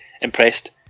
impressed